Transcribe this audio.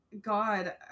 God